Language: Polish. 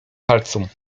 palcom